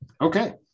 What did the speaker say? Okay